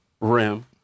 rim